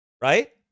Right